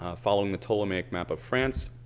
following the ptolemaic map of france.